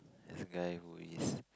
it's a guy who is